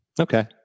Okay